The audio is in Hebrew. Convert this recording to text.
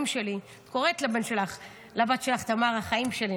שלי" את קוראת לבת שלך תמר "החיים שלי",